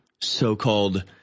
so-called